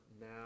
now